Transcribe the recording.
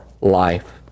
life